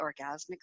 Orgasmic